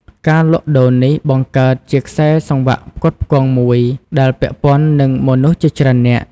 ការលក់ដូរនេះ បង្កើតជាខ្សែសង្វាក់ផ្គត់ផ្គង់មួយដែលពាក់ព័ន្ធនឹងមនុស្សជាច្រើននាក់។